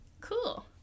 cool